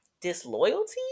disloyalty